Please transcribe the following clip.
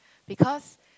because